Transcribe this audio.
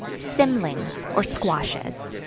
cymlings, or squashes.